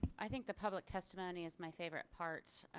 i think the public testimony is my favorite part.